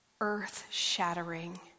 earth-shattering